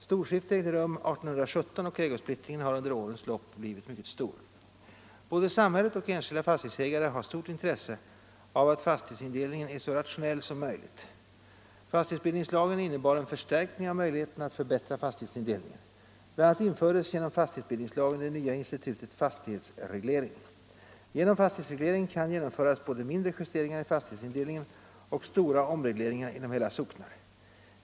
Storskifte ägde rum 1817 och ägosplittringen har under årens lopp blivit mycket stor. Både samhället och enskilda fastighetsägare har stort intresse av att fastighetsindelningen är så rationell som möjligt. Fastighetsbildningslagen innebar en förstärkning av möjligheterna att förbättra fastighetsindelningen. BI. a. infördes genom fastighetsbildningslagen det nya institutet fastighetsreglering. Genom fastighetsreglering kan genomföras både mindre justeringar i fastighetsindelningen och stora omregleringar inom hela socknar.